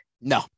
No